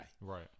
Right